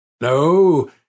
No